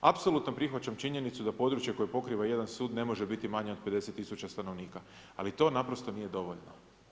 Apsolutno prihvaćam činjenicu da područje koje pokriva jedan sud ne može biti manji od 50 000 stanovnika, ali to naprosto nije dovoljno.